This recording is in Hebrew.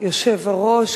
כבוד היושב-ראש,